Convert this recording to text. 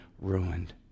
ruined